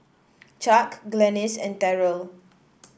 Chuck Glennis and Terrell